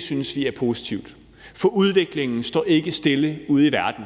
synes vi er positivt. For udviklingen står ikke stille ude i verden.